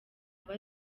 aba